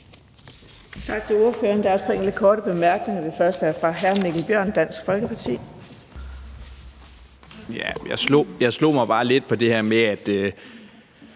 Jeg slog mig bare lidt på det her med, at